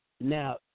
Now